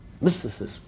Mysticism